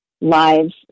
lives